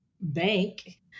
bank